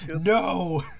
No